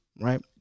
right